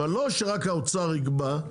אבל לא שרק האוצר יקבע.